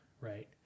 right